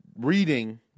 reading